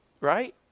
right